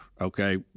okay